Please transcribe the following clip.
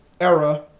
era